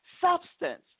substance